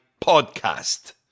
podcast